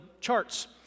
charts